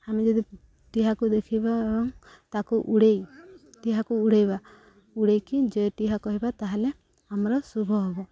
ଆମେ ଯଦି ଟିହାକୁ ଦେଖିବା ଏବଂ ତାକୁ ଉଡ଼ାଇ ଟିହାକୁ ଉଡ଼ାଇବା ଉଡ଼ାଇକି ଜେଟିହା କହିବା ତା'ହେଲେ ଆମର ଶୁଭ ହବ